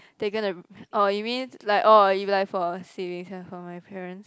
they gonna oh you mean like oh if like for a siblings or for my parents